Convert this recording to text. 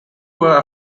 were